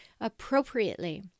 appropriately